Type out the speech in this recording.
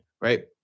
right